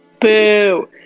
Boo